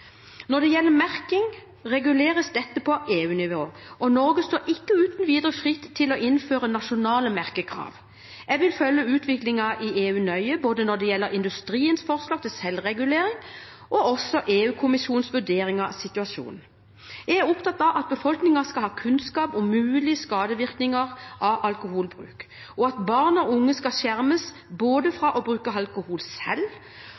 Når det gjelder merking, reguleres dette på EU-nivå, og Norge står ikke uten videre fritt til å innføre nasjonale merkekrav. Jeg vil følge utviklingen i EU nøye når det gjelder både industriens forslag til selvregulering og EU-kommisjonens vurdering av situasjonen. Jeg er opptatt av at befolkningen skal ha kunnskap om mulige skadevirkninger av alkoholbruk, og at barn og unge skal skjermes både fra å bruke alkohol selv